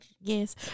Yes